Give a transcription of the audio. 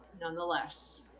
nonetheless